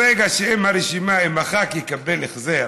ברגע שהרשימה, אם הח"כ יקבל החזר,